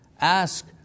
ask